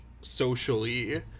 socially